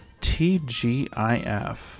TGIF